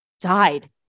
died